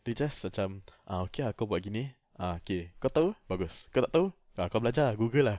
they just macam ah okay ah kau buat gini ah okay kau tahu bagus kau tak tahu ah kau belajar ah Google ah